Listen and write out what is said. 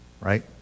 Right